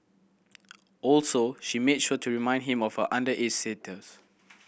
also she made sure to remind him of her underage status